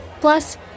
Plus